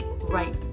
right